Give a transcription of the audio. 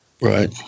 Right